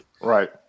Right